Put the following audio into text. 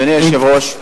אדוני היושב-ראש,